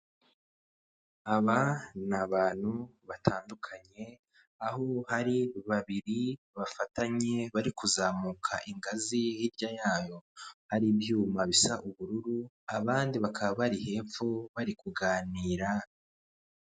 Aba ni abantu batandukanye, aho hari babiri bafatanye bari kuzamuka ingazi hirya yayo ari ibyuma bisa ubururu, abandi bakaba bari hepfo bari kuganira